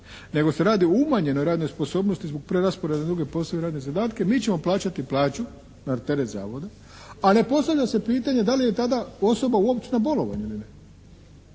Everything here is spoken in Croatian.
nego se radi o umanjenoj radnoj sposobnosti zbog preraspodjele na druge poslove i radne zadatke mi ćemo plaćati plaću na teret zavoda a ne postavlja se pitanje da li je tada osoba uopće na bolovanju ili ne